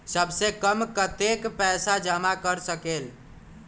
सबसे कम कतेक पैसा जमा कर सकेल?